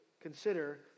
consider